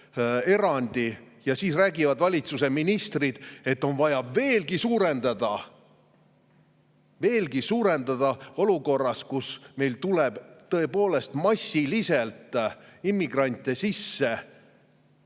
erandi. Ja siis räägivad valitsuse ministrid, et on vaja [lubatud põgenike arvu] veelgi suurendada olukorras, kus meil tuleb tõepoolest massiliselt immigrante sisse